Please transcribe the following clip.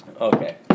Okay